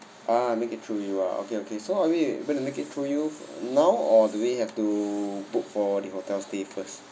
ah make it through you ah okay okay so are we going to make it to you now or do we have to book for the hotel stay first